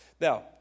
Now